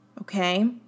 okay